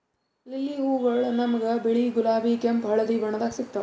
lily ಹೂವಗೊಳ್ ನಮ್ಗ್ ಬಿಳಿ, ಗುಲಾಬಿ, ಕೆಂಪ್, ಹಳದಿ ಬಣ್ಣದಾಗ್ ಸಿಗ್ತಾವ್